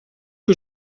que